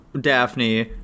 daphne